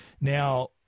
Now